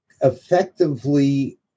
effectively